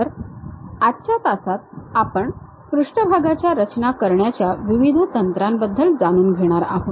तर आजच्या तासात आपण पृष्ठभागाच्या रचना करण्याच्या विविध तंत्रांबद्दल जाणून घेणार आहोत